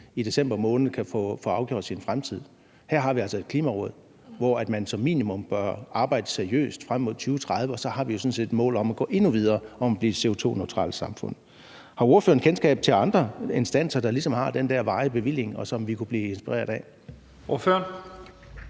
i december måned kan få afgjort deres fremtid. Her har vi altså et Klimaråd, hvor man som minimum bør arbejde seriøst frem mod 2030, og så har vi jo sådan set et mål om at gå endnu videre: at blive et CO2-neutralt samfund. Har ordføreren kendskab til andre instanser, der ligesom har den der varige bevilling, og som vi kunne blive inspireret af?